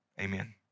amen